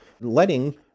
letting